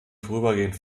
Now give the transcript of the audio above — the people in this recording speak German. vorübergehend